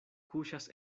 kuŝas